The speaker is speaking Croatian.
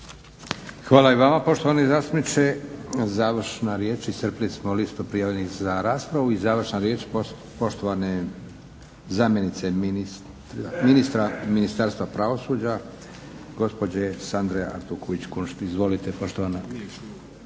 Hvala i vama poštovani zastupniče. Završna riječ, iscrpili smo listu prijavljenih za raspravu i završna riječ poštovane zamjenice ministra Ministarstva pravosuđa gospođe Sandre Artuković Kunšt. Izvolite poštovana